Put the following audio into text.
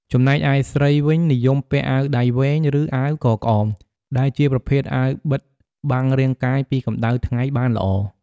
ចំណែកឯស្រីវិញនិយមពាក់អាវដៃវែង ឬអាវកក្អមដែលជាប្រភេទអាវបិទបាំងរាងកាយពីកម្ដៅថ្ងៃបានល្អ។